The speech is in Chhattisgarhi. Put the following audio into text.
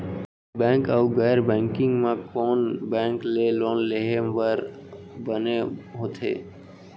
बैंक अऊ गैर बैंकिंग म कोन बैंक ले लोन लेहे बर बने होथे?